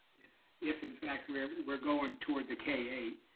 if in fact we're we're going toward the k eight,